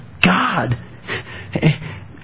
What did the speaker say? God